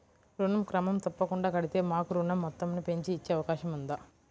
ఋణం క్రమం తప్పకుండా కడితే మాకు ఋణం మొత్తంను పెంచి ఇచ్చే అవకాశం ఉందా?